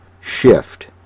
shift